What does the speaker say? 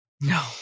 No